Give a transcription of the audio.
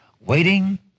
Waiting